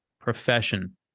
profession